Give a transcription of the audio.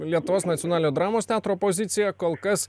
lietuvos nacionalinio dramos teatro pozicija kol kas